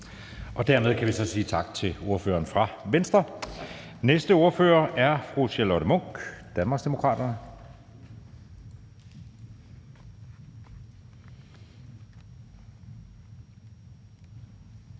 Dermed kan vi så sige tak til ordføreren for Venstre. Næste ordfører er fru Charlotte Munch, Danmarksdemokraterne.